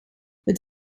het